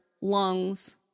lungs